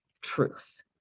truth